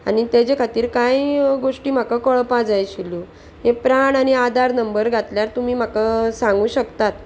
आनी तेजे खातीर कांय गोश्टी म्हाका कळपा जाय आशिल्ल्यो हे प्राण आनी आदार नंबर घातल्यार तुमी म्हाका सांगू शकतात